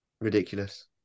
Ridiculous